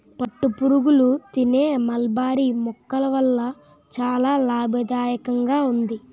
పట్టుపురుగులు తినే మల్బరీ మొక్కల వల్ల చాలా లాభదాయకంగా ఉంది